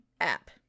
app